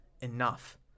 enough